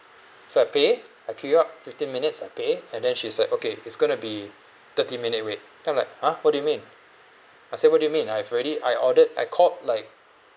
so I pay I queue up fifteen minutes I pay and then she's like okay it's going to be thirty minute wait then I'm like ah what do you mean I said what do you mean I've already I ordered I called like